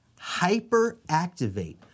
hyperactivate